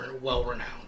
well-renowned